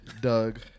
Doug